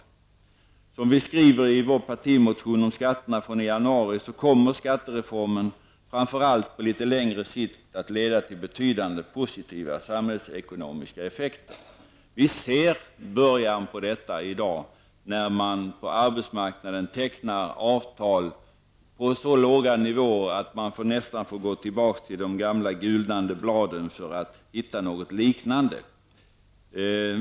Som vi skrev i januari i vår partimotion om skatterna kommer skattereformen, framför allt på litet längre sikt, att leda till betydande positiva samhällsekonomiska effekter. Vi ser början till detta i dag, när man på arbetsmarknaden tecknar avtal på så låga nivåer att vi nästan får gå tillbaka till de gamla gulnande bladen för att hitta något liknande.